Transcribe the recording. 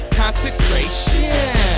consecration